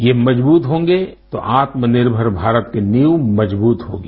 ये मजबूत होंगे तो आत्मनिर्भर भारत की नींव मजबूत होगी